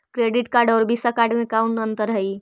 Credit card और Visa card मे कौन अन्तर है?